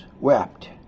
wept